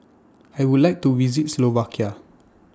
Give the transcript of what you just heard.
I Would like to visit Slovakia